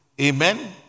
Amen